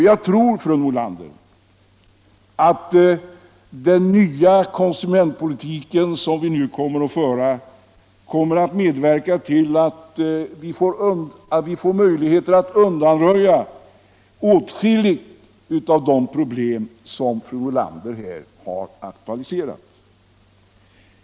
Jag tror, fru Nordlander, att den nya konsumentpolitik som vi nu kommer att föreslå skall medverka till att vi får möjligheter att undanröja åtskilliga av de problem som fru Nordlander här har aktualiserat.